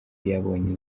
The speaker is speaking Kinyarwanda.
yabonye